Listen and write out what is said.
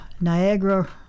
Niagara